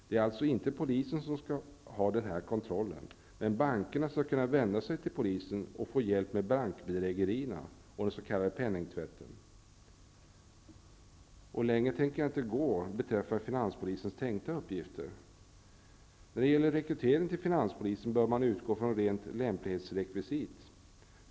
Det är alltså inte polisen som skall ha den här kontrollen, men bankerna skall kunna vända sig till polisen och få hjälp med bankbedrägerierna och den s.k. Längre skall jag inte gå beträffande finanspolisens tänkta uppgifter. När det gäller rekrytering till finanspolisen bör man utgå från rent lämplighetsrekvisit.